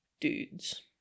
dudes